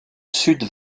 sud